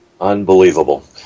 unbelievable